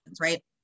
right